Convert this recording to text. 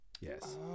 Yes